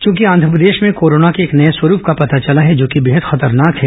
चूंकि आंध्रप्रदेश में कोरोना के एक नये स्वरूप का पता चला है जो कि बेहद खतरनाक है